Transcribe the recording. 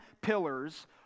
pillars